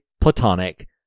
platonic